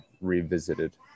revisited